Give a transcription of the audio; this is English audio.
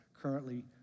currently